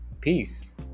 peace